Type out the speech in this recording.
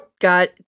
got